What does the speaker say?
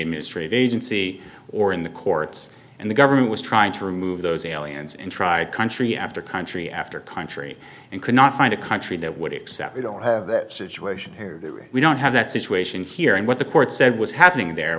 administrative agency or in the courts and the government was trying to remove those aliens and try a country after country after country and could not find a country that would accept we don't have that situation here we don't have that situation here and what the court said was happening there